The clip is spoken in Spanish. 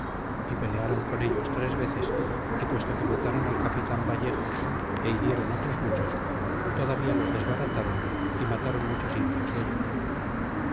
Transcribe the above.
y peleron con ellos tres veces y puesto que matron al capitan vallejo é hirieron otros muchos todavía los desbaratron y matron muchos indios dellos